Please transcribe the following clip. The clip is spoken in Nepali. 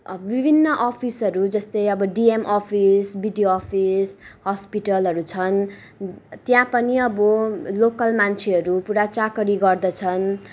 विभिन्न अफिसहरू जस्तै अब डिएम अफिस बिडियो अफिस हस्पिटलहरू छन् त्यहाँ पनि अब लोकल मान्छेहरू पुरा चाकरी गर्दछन्